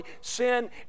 sin